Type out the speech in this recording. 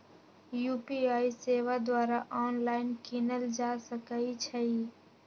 UPI सेवा द्वारा online कीनल जा सकइ छइ